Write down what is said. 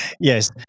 Yes